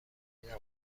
میدم